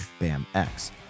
BAMX